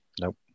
Nope